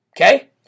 Okay